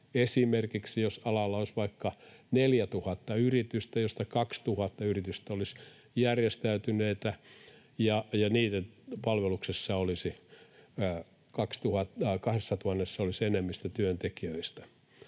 Esimerkiksi jos alalla olisi vaikka 4 000 yritystä, joista 2 000 yritystä olisi järjestäytyneitä, ja näissä 2 000:ssa olisi enemmistö työntekijöistä,